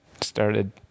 started